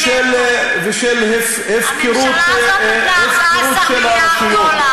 ושל הפקרה של הרשויות.